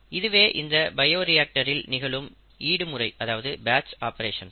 இதுவே இந்த பயோரியாக்டரில் நிகழும் ஈடுமுறை அதாவது பேட்ச் ஆப்பரேஷன்ஸ்